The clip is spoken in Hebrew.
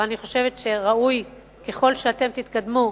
אבל אני חושבת שראוי ככל שאתם תתקדמו,